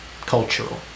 cultural